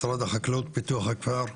משרד החקלאות ופיתוח הכפר?